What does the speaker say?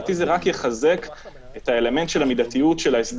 הדבר הזה ילווה אותנו כל הזמן לאורך הדיון בהסדרים.